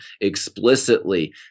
explicitly